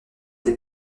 des